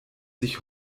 sich